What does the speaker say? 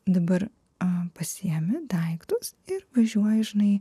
dabar a pasiimi daiktus ir važiuoji žinai